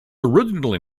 originally